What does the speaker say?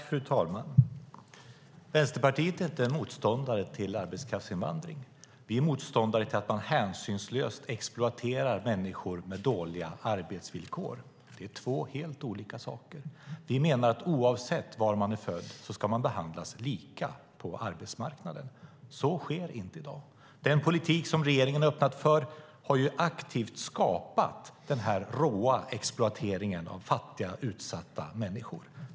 Fru talman! Vänsterpartiet är inte motståndare till arbetskraftsinvandring. Vi är motståndare till att man hänsynslöst exploaterar människor med dåliga arbetsvillkor. Det är två helt olika saker. Vi menar att oavsett var man är född ska man behandlas lika på arbetsmarknaden. Så sker inte i dag. Den politik som regeringen öppnat för har aktivt skapat den här råa exploateringen av fattiga, utsatta människor.